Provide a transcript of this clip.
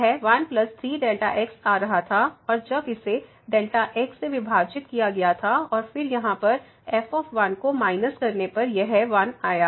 यह 1 3Δ x आ रहा था और जब इसे Δx से विभाजित किया गया था और फिर यहाँ पर f को माइनस करने पर यह 1 आया है